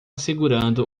segurando